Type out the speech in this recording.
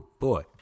Boy